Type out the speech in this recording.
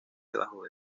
debajo